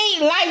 life